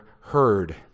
heard